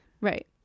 Right